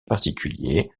particulier